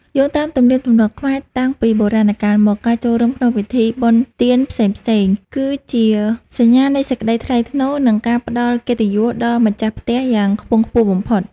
យោងតាមទំនៀមទម្លាប់ខ្មែរតាំងពីបុរាណកាលមក ការចូលរួមក្នុងពិធីបុណ្យទានផ្សេងៗ គឺជាសញ្ញានៃសេចក្តីថ្លៃថ្នូរ និងការផ្តល់កិត្តិយសដល់ម្ចាស់ផ្ទះយ៉ាងខ្ពង់ខ្ពស់បំផុត។